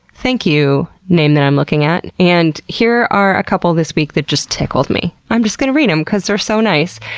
thank you, name that i'm looking at. and here are a couple this week that just tickled me. i'm just gonna read them because they're so nice.